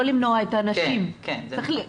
לא למנוע מהנשים להיבדק.